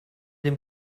dem